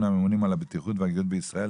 הממונים על הבטיחות והגיהות בישראל,